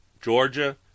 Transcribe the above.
Georgia